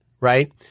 right